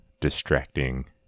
distracting